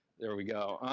there we go.